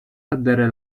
ardere